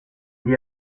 día